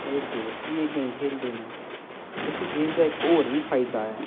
मेरे दोस्त बी एह् गेम खेलदे न इस गेम दा इक होर बी फायदा ऐ